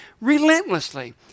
relentlessly